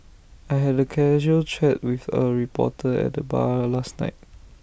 I had A casual chat with A reporter at the bar last night